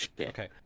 Okay